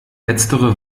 letztere